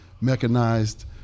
mechanized